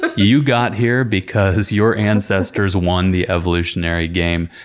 but you got here because your ancestors won the evolutionary game.